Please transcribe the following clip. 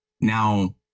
now